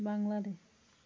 Bangladesh